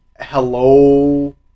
Hello